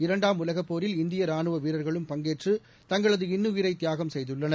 இரண்டாம் உலகப் போரில் இந்திய ரானுவ வீரர்களும் பங்கேற்று தங்களது இன்னுயிரை திபாகம் செய்துள்ளனர்